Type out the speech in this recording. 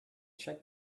check